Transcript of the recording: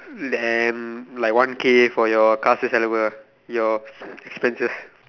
then like one K for your காசு செலவு:kaasu selavu ah your expenses